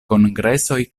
kongresoj